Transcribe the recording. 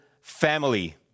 family